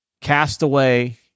Castaway